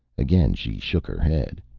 again she shook her head.